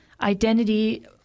identity